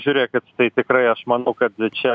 žiūrėkit tai tikrai aš manau kad čia